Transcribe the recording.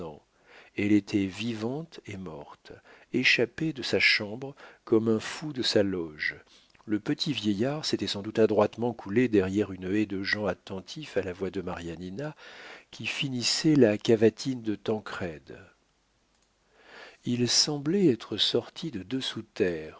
elle était vivante et morte échappé de sa chambre comme un fou de sa loge le petit vieillard s'était sans doute adroitement coulé derrière une haie de gens attentifs à la voix de marianina qui finissait la cavatine de tancrède il semblait être sorti de dessous terre